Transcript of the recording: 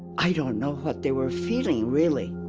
i don't know what they were feeling, really.